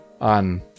on